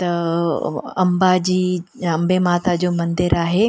त अंबा जी अंबे माता जो मंदरु आहे